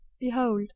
Behold